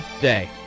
day